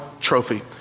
trophy